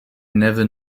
never